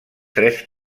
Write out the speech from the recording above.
tres